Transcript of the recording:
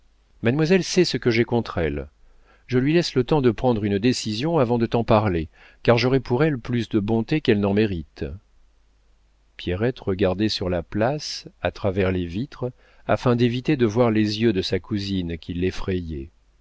mademoiselle sait ce que j'ai contre elle je lui laisse le temps de prendre une décision avant de t'en parler car j'aurai pour elle plus de bontés qu'elle n'en mérite pierrette regardait sur la place à travers les vitres afin d'éviter de voir les yeux de sa cousine qui l'effrayaient